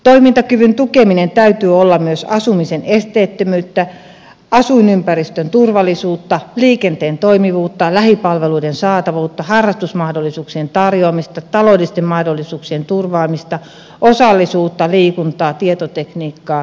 toimintakyvyn tukemisen täytyy olla myös asumisen esteettömyyttä asuinympäristön turvallisuutta liikenteen toimivuutta lähipalveluiden saatavuutta harrastusmahdollisuuksien tarjoamista taloudellisten mahdollisuuksien turvaamista osallisuutta liikuntaa tietotekniikkaa